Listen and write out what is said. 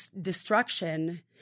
destruction